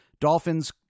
dolphins